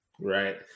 Right